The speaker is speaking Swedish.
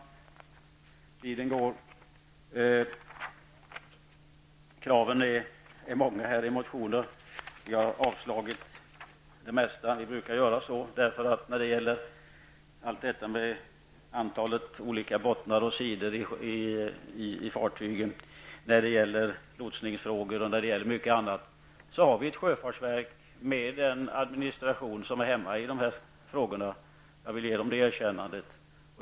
Det är många krav i motionerna. Vi har avstyrkt de flesta av dem. Vi brukar göra så. När det gäller bottnar och sidor på fartygen, lotsningsfrågor och annat, finns det ett sjöfartsverk med en administration som hanterar dessa frågor. Jag vill ge verket det erkännandet.